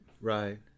Right